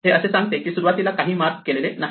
हे असे सांगते की सुरुवातीला काहीही मार्क केलेले नाही